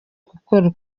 gukora